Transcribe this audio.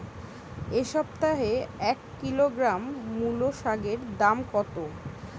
এ সপ্তাহে এক কিলোগ্রাম মুলো শাকের দাম কত?